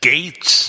Gates